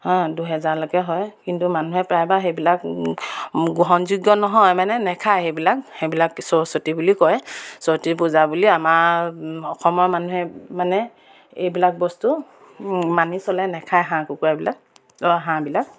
দুহেজাৰলৈকে হয় কিন্তু মানুহে প্ৰায় বাৰু সেইবিলাক গ্ৰহণযোগ্য নহয় মানে নাখায় সেইবিলাক সেইবিলাক সৰস্বতী বুলি কয় সৰস্বতী পূজা বুলি আমাৰ অসমৰ মানুহে মানে এইবিলাক বস্তু মানি চলে নাখায় হাঁহ কুকুৰাবিলাক অঁ হাঁহবিলাক